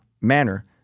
manner